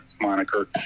moniker